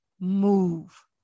move